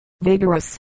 vigorous